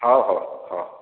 ହଉ ହଉ ହଁ